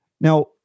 Now